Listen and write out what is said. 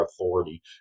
authority